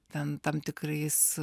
ten tam tikrais